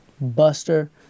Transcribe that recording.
Buster